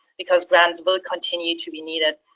because grants will continue to be needed,